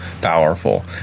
powerful